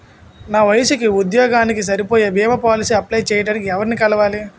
నా వయసుకి, ఉద్యోగానికి సరిపోయే భీమా పోలసీ అప్లయ్ చేయటానికి ఎవరిని కలవాలి?